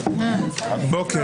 בוקר